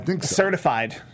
certified